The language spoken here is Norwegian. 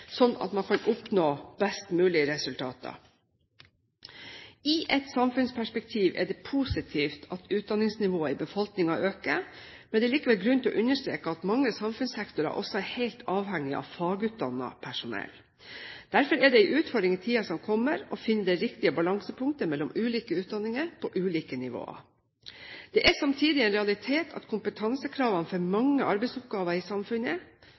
sånn at man kan oppnå best mulig resultater. I et samfunnsperspektiv er det positivt at utdanningsnivået i befolkningen øker, men det er likevel grunn til å understreke at mange samfunnssektorer også er helt avhengig av fagutdannet personell. Derfor er det en utfordring i tiden som kommer, å finne det riktige balansepunktet mellom ulike utdanninger på ulike nivåer. Det er samtidig en realitet at kompetansekravene for mange arbeidsoppgaver i samfunnet